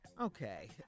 Okay